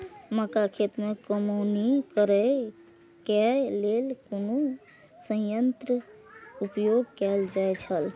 मक्का खेत में कमौनी करेय केय लेल कुन संयंत्र उपयोग कैल जाए छल?